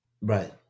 Right